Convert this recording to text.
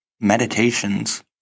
Meditations